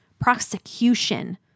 prosecution